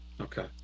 okay